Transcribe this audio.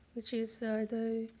which is so the,